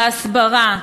בהסברה,